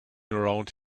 around